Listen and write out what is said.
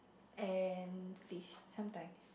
and fish sometimes